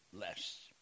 less